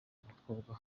abakobwa